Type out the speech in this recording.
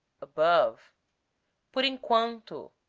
above por emquanto,